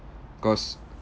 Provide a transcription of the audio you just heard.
cause